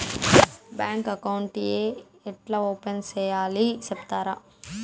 Bank account ఏ ఎట్లా open సేయాలి సెప్తారా?